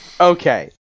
okay